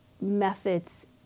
methods